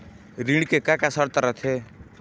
ऋण के का का शर्त रथे?